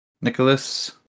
Nicholas